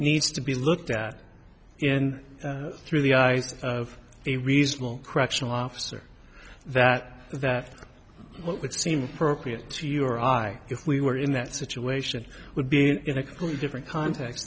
needs to be looked at in through the eyes of a reasonable correctional officer that that what would seem appropriate to you or i if we were in that situation would be in a crew different context